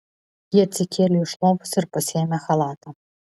ji atsikėlė iš lovos ir pasiėmė chalatą